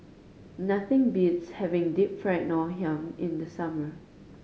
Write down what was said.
nothing beats having Deep Fried Ngoh Hiang in the summer